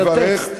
לטקסט.